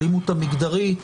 האלימות המגדרית,